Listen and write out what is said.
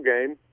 game